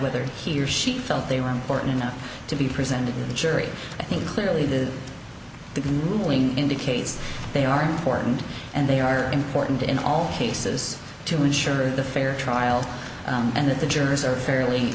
whether he or she felt they were important enough to be presented to the jury i think clearly that the ruling indicates they are important and they are important in all cases to ensure a fair trial and that the jurors are fairly